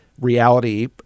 reality